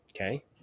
Okay